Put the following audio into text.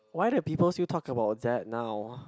why do people still talk about that now